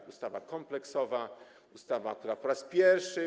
To ustawa kompleksowa, ustawa, która po raz pierwszy.